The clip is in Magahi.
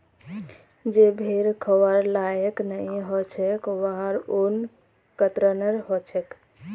जे भेड़ खबार लायक नई ह छेक वहार ऊन कतरन ह छेक